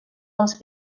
dels